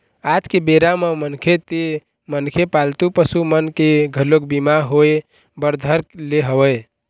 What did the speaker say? आज के बेरा म मनखे ते मनखे पालतू पसु मन के घलोक बीमा होय बर धर ले हवय